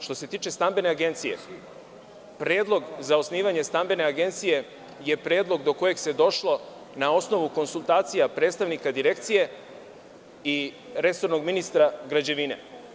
Što se tiče stambene agencije, predlog za osnivanje stambene agencije je predlog do kojeg se došlo na osnovu konsultacija predstavnika Direkcije i resornog ministra građevine.